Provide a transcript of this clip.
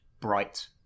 Bright